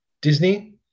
Disney